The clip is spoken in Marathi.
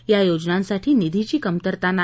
या योजनांसाठी निधीची कमतरता नाही